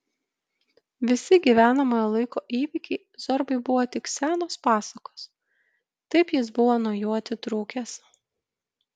visi gyvenamojo laiko įvykiai zorbai buvo tik senos pasakos taip jis buvo nuo jų atitrūkęs